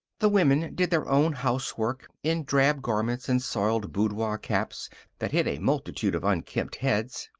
the women did their own housework in drab garments and soiled boudoir caps that hid a multitude of unkempt heads.